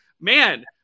man